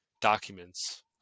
documents